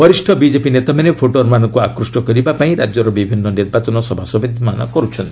ବରିଷ୍ଣ ବିଜେପି ନେତାମାନେ ଭୋଟରମାନଙ୍କୁ ଆକୃଷ୍ଟ କରିବା ପାଇଁ ରାଜ୍ୟରେ ବିଭିନ୍ନ ନିର୍ବାଚନ ସଭାସମିତିମାନ କରୁଛନ୍ତି